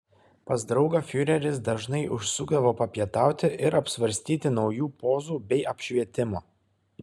pas draugą fiureris dažnai užsukdavo papietauti ir apsvarstyti naujų pozų bei apšvietimo